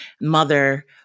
mother